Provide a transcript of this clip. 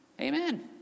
Amen